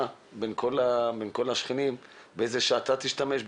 בין כל השכנים באיזה שעה אתה תשתמש,